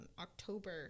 October